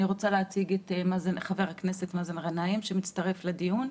אני רוצה להציג את חבר הכנסת מאזן גנאים שמצטרף לדיון.